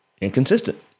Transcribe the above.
Inconsistent